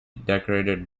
decorated